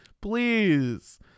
please